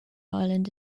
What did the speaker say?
island